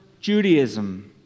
Judaism